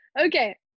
Okay